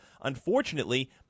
unfortunately